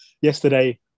yesterday